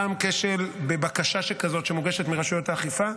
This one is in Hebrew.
גם כשל בבקשה שכזאת שמוגשת מרשויות האכיפה,